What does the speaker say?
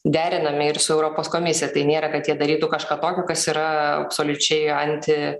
derinami ir su europos komisija tai nėra kad jie darytų kažką tokio kas yra absoliučiai anti